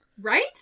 Right